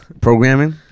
programming